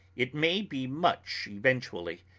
it may be much eventually,